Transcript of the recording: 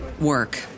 work